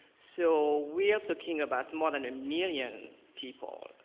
so we are talking about more than a million people,